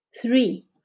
Three